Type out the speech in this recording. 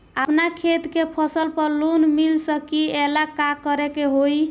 अपना खेत के फसल पर लोन मिल सकीएला का करे के होई?